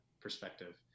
perspective